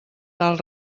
tal